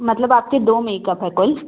मतलब आपके दो मेकअप हैं कुल